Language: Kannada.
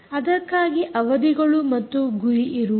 ಅದಕ್ಕಾಗಿ ಅವಧಿಗಳು ಮತ್ತು ಗುರಿ ಇರುವುದು